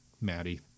maddie